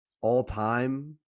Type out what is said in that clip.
all-time